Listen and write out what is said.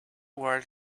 word